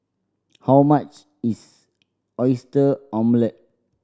how much is Oyster Omelette